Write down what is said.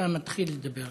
אתה מתחיל לדבר.